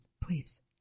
please